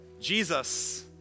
Jesus